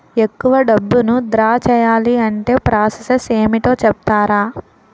ఎక్కువ డబ్బును ద్రా చేయాలి అంటే ప్రాస సస్ ఏమిటో చెప్తారా?